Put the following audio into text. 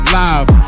live